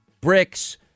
bricks